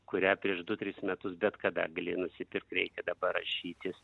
kurią prieš du tris metus bet kada galėjai nusipirkt reikia dabar rašytis